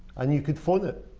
and you could phone it.